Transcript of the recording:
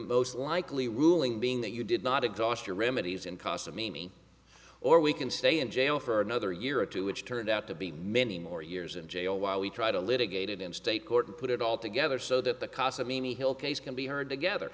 most likely ruling being that you did not exhaust your remedies in cost of me or we can stay in jail for another year or two which turned out to be many more years in jail while we try to litigate it in state court and put it all together so that the cost of mimi hill case can be heard together